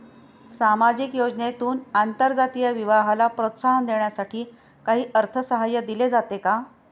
सामाजिक योजनेतून आंतरजातीय विवाहाला प्रोत्साहन देण्यासाठी काही अर्थसहाय्य दिले जाते का?